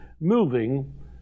moving